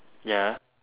ya